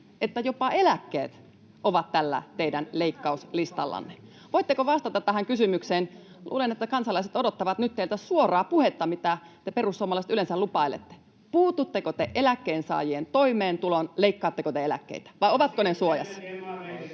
että jopa eläkkeet ovat tällä teidän leikkauslistallanne? Voitteko vastata tähän kysymykseen — luulen, että kansalaiset odottavat nyt teiltä suoraa puhetta, mitä te perussuomalaiset yleensä lupailette: puututteko te eläkkeensaajien toimeentuloon, leikkaatteko te eläkkeitä, vai ovatko ne suojassa?